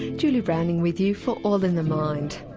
julie browning with you for all in the mind.